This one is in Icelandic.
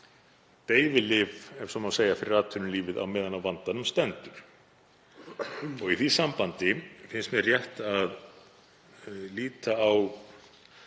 deyfilyf, ef svo má segja, fyrir atvinnulífið meðan á vandanum stendur? Í því sambandi finnst mér rétt að líta á